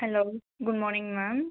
hello good morning ma'am